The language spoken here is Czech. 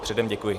Předem děkuji.